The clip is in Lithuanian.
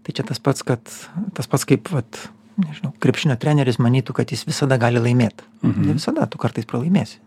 tai čia tas pats kad tas pats kaip vat nežinau krepšinio treneris manytų kad jis visada gali laimėt ne visada tu kartais pralaimėsi